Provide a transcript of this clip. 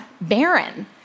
barren